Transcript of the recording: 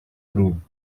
broom